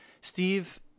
Steve